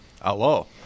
Hello